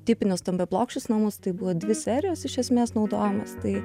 tipinius stambiaplokščius namus tai buvo dvi serijos iš esmės naudojamos tai